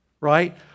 right